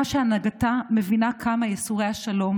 מדינה שהנהגתה מבינה כמה ייסורי השלום